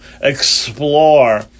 explore